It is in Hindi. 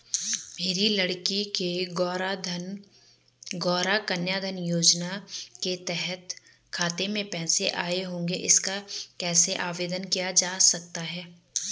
मेरी लड़की के गौंरा कन्याधन योजना के तहत खाते में पैसे आए होंगे इसका कैसे आवेदन किया जा सकता है?